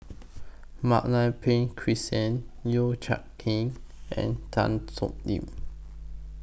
Mak Lai Peng Christine Yeo Kian Chai and Tan Thoon Lip